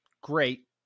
great